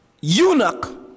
eunuch